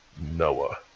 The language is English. Noah